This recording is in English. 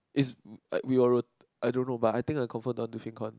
is uh we will I don't know but I think I confirm don't want to